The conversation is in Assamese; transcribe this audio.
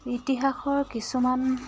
ইতিহাসৰ কিছুমান